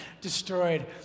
destroyed